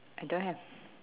I don't have